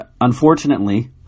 unfortunately